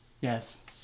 Yes